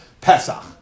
Pesach